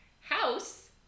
House